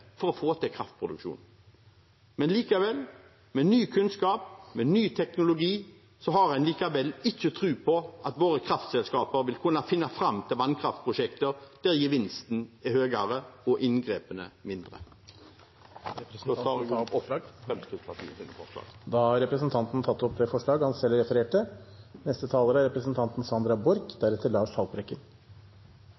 for å få til kraftproduksjon. Men likevel, med ny kunnskap og ny teknologi, har en ikke tro på at våre kraftselskaper vil kunne finne fram til vannkraftprosjekter der gevinsten er større og inngrepene mindre. Da tar jeg opp Fremskrittspartiets forslag. Representanten Terje Halleland har tatt opp det forslaget han refererte til. Vannkraften har vært og er